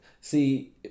See